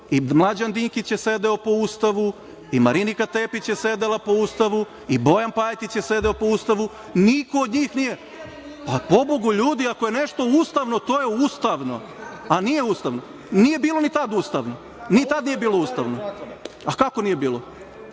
i Mlađan Dinkić je sedeo po Ustavu, i Marinika Tepić je sedela po Ustavu, i Bojan Pajtić je sedeo po Ustavu, niko od njih nije… Pa, pobogu ljudi, ako je nešto ustavno, to je ustavno. A nije ustavno? Nije bilo ni tada ustavno? A kako nije bilo?